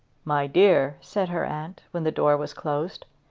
my dear, said her aunt, when the door was closed,